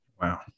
Wow